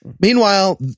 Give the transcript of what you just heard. Meanwhile